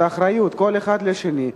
את האחריות מאחד לשני,